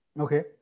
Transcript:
okay